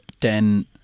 ten